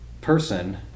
person